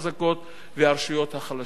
הרשויות המקומיות והרשויות החלשות.